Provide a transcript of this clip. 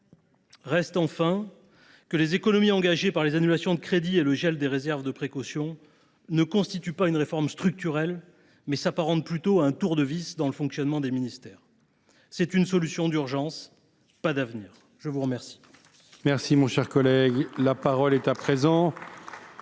Reste, enfin, que les économies engagées par les annulations de crédits et le gel des réserves de précaution ne constituent pas une réforme structurelle, mais s’apparentent plutôt à un tour de vis dans le fonctionnement des ministères. Il s’agit d’une solution d’urgence et non d’avenir. La parole